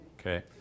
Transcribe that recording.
Okay